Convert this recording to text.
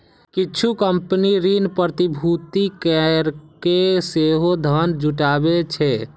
किछु कंपनी ऋण प्रतिभूति कैरके सेहो धन जुटाबै छै